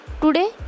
Today